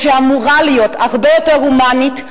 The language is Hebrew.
או שאמורה להיות הרבה יותר הומנית,